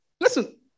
listen